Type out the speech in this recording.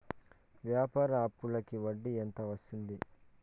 వ్యాపార అప్పుకి వడ్డీ ఎంత వస్తుంది?